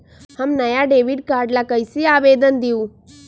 हम नया debit card ला कईसे आवेदन दिउ?